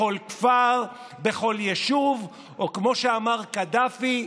בכל כפר, בכל יישוב, או כמו שאמר קדאפי: